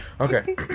Okay